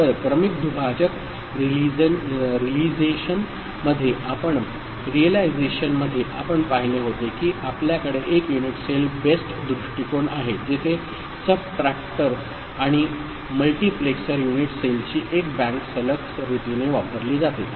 तर क्रमिक दुभाजक रीलिझेशनमध्ये आपण पाहिले होते की आपल्याकडे एक युनिट सेल बेस्ड दृष्टीकोन आहे जेथे सबट्रॅक्टर आणि मल्टीप्लेक्सर युनिट सेलची एक बँक सलग रीतीने वापरली जाते